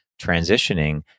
transitioning